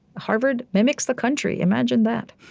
harvard mimics the country. imagine that.